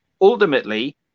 ultimately